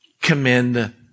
commend